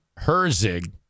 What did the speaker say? Herzig